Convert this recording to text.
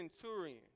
centurion